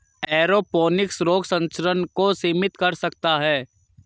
aeroponics रोग संचरण को सीमित कर सकता है